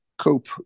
cope